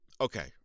Okay